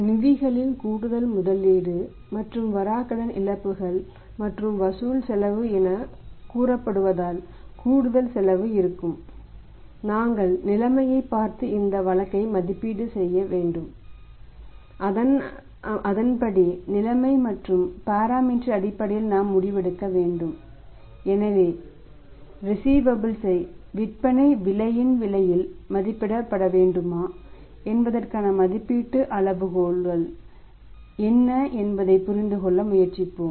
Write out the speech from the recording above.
நிதிகளின் கூடுதல் முதலீடு மற்றும் வராக்கடன் இழப்புகள் மற்றும் வசூல் செலவு எனக் கூறப்படுவதால் கூடுதல் செலவு இருக்கும் நாங்கள் நிலைமையைப் பார்த்து இந்த வழக்கை மதிப்பீடு செய்ய வேண்டும் அதன்படி நிலைமை மற்றும் பாராமீட்டர் ஐ விற்பனை விலையின் விலையில் மதிப்பிடப்பட வேண்டுமா என்பதற்கான மதிப்பீட்டு அளவுகோல்கள் என்ன என்பதை புரிந்து கொள்ள முயற்சிப்போம்